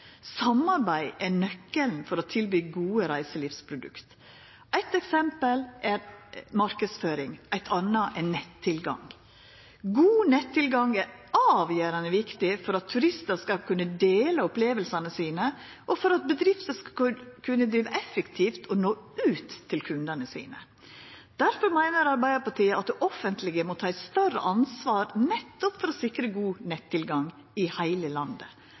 Samarbeid er nøkkelen til å tilby gode reiselivsprodukt. Eitt eksempel er marknadsføring, eit anna er nett-tilgang. God nett-tilgang er avgjerande viktig for at turistar skal kunna dela opplevingane sine, og for at bedrifter skal kunna driva effektivt og nå ut til kundane sine. Difor meiner Arbeidarpartiet at det offentlege må ta eit større ansvar, nettopp for å sikra god nett-tilgang i heile landet.